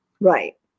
Right